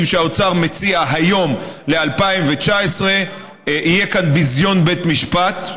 שהאוצר מציע היום ל-2019 יהיה כאן ביזיון בית משפט,